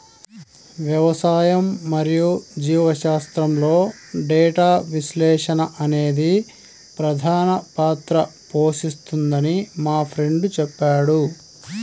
వ్యవసాయం మరియు జీవశాస్త్రంలో డేటా విశ్లేషణ అనేది ప్రధాన పాత్ర పోషిస్తుందని మా ఫ్రెండు చెప్పాడు